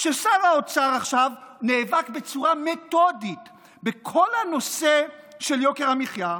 ששר האוצר עכשיו נאבק בצורה מתודית בכל הנושא של יוקר המחיה,